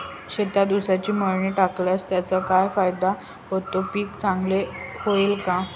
शेतात ऊसाची मळी टाकल्यास त्याचा काय फायदा होतो, पीक चांगले येईल का?